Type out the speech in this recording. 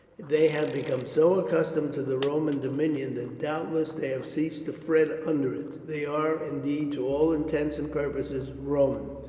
they have become so accustomed to the roman dominion that doubtless they have ceased to fret under it they are, indeed, to all intents and purposes roman.